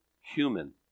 human